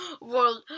World